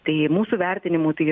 tai mūsų vertinimu tai